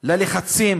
ללחצים